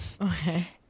Okay